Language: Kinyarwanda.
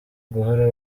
guhora